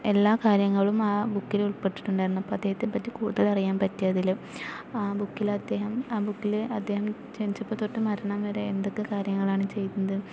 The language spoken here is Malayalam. എല്ലാ കാര്യങ്ങളും ആ ബുക്കിലുൾപ്പെട്ടിട്ടുണ്ടായിരുന്നു അപ്പോൾ അദ്ദേഹത്തെപ്പറ്റി കൂടുതലറിയാൻ പറ്റി അതില് ആ ബുക്കിലദ്ദേഹം ആ ബുക്കില് അദ്ദേഹം ജനിച്ചപ്പോൾ തൊട്ട് മരണം വരെ എന്തൊക്കെ കാര്യങ്ങളാണ് ചെയ്തിരുന്നത്